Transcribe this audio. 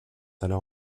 alors